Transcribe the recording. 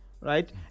right